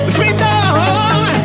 Freedom